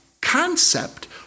concept